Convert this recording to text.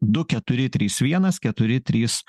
du keturi trys vienas keturi trys